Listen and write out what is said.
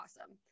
awesome